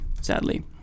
sadly